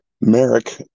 Merrick